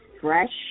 fresh